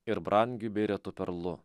ir brangiu bei retu perlu